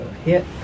Hit